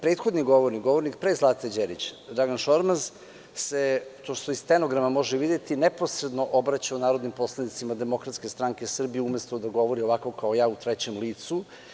Prethodni govornik, govornik pre Zlate Đerić, Dragan Šormaz, to se iz stenograma može videti, neposredno se obraćao narodnim poslanicima Demokratske stranke Srbije, umesto da govori ovako kao ja, u trećem licu.